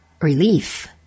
relief